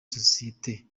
sosiyete